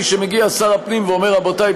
משמגיע שר הפנים ואומר: רבותי,